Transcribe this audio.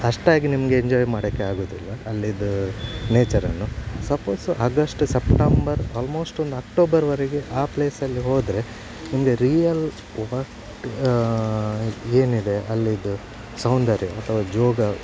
ಅಷ್ಟಾಗಿ ನಿಮಗೆ ಎಂಜಾಯ್ ಮಾಡೋಕ್ಕೆ ಆಗೋದಿಲ್ಲ ಅಲ್ಲಿದು ನೇಚರನ್ನು ಸಪೋಸ್ ಆಗಸ್ಟ್ ಸಪ್ಟಂಬರ್ ಆಲ್ಮೋಸ್ಟ್ ಒಂದು ಅಕ್ಟೋಬರ್ ವರೆಗೆ ಆ ಪ್ಲೇಸಲ್ಲಿ ಹೋದರೆ ನಿಮಗೆ ರಿಯಲ್ ಒಟ್ಟು ಏನಿದೆ ಅಲ್ಲಿದು ಸೌಂದರ್ಯ ಅಥವಾ ಜೋಗ